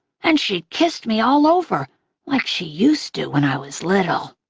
and she kissed me all over like she used do when i was little.